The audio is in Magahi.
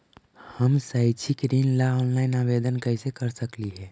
हम शैक्षिक ऋण ला ऑनलाइन आवेदन कैसे कर सकली हे?